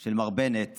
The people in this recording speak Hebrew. של מר בנט